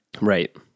Right